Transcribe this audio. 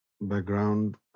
background